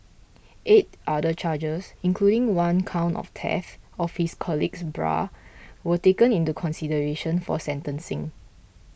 eight other charges including one count of theft of his colleague's bra were taken into consideration for sentencing